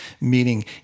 Meaning